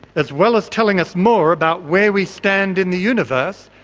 as well as telling us more about where we stand in the universe,